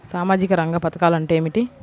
సామాజిక రంగ పధకాలు అంటే ఏమిటీ?